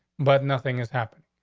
but nothing has happened.